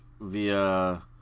via